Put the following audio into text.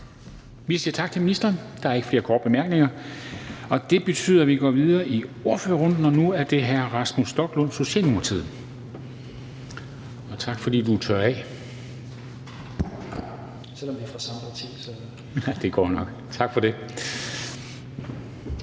Vi siger tak til ministeren. Der er ikke flere korte bemærkninger. Det betyder, at vi går videre til ordførerrunden, og det er først hr. Rasmus Stoklund, Socialdemokratiet. Kl. 16:15 (Ordfører) Rasmus Stoklund (S): Tak, formand.